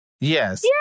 Yes